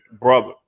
brother